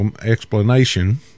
explanation